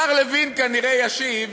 השר לוין כנראה ישיב